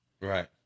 Right